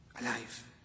alive